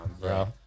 bro